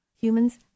Humans